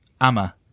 Amma